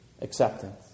Acceptance